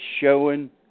showing